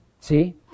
See